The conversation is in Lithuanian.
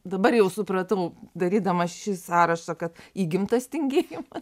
dabar jau supratau darydama šį sąrašą kad įgimtas tingėjima